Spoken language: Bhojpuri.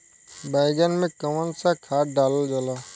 बैंगन में कवन सा खाद डालल जाला?